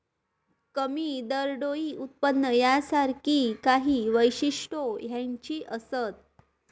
कमी दरडोई उत्पन्न यासारखी काही वैशिष्ट्यो ह्याची असत